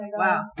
wow